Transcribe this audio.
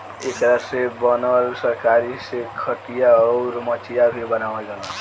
एकरा से बनल रसरी से खटिया, अउर मचिया भी बनावाल जाला